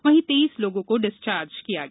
वहीं तेईस लोगों को डिस्चार्ज किया गया